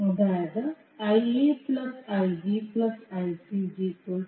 അതായത് Ia Ib Ic 0